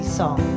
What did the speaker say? song